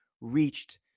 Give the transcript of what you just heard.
reached